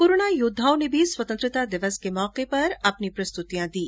corona योद्दाओं ने भी स्वतंत्रता दिवस के मौके पर अपनी प्रस्तुति दी